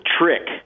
trick